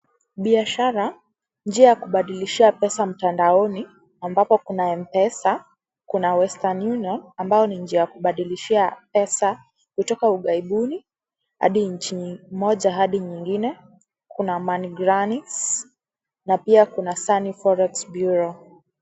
Biashara, njia ya kubadilishia pesa mtandaoni ambapo kuna Mpesa, kuna Western Union ambao ni njia ya kubadilishia pesa kutoka ughaibuni hadi nchi moja hadi nyingine. Kuna monegramis na pia kuna Sani Forex Bureau.